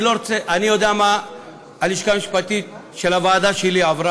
אני יודע מה הלשכה המשפטית של הוועדה שלי עוברת,